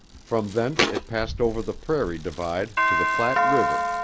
from thence it passed over the prairie divide to the platte river,